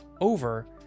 over